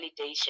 validation